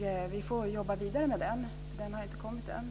Vi får jobba vidare med den för den har inte kommit än.